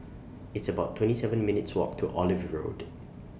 It's about twenty seven minutes' Walk to Olive Road